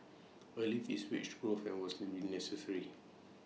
A lift is wage growth and was likely to be A necessary